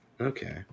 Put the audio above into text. Okay